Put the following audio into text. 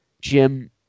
Jim